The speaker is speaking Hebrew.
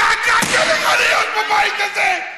זעקה צריכה להיות בבית הזה.